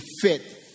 fit